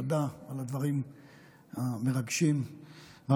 תודה על הדברים המרגשים והמחזקים.